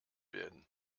werden